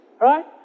right